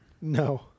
No